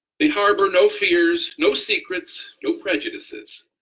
they harbor no fears, no secrets, no prejudices,